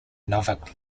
novak